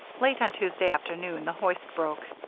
late on tuesday afternoon the hoist broke.